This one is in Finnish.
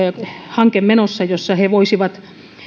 hanke menossa jossa he voisivat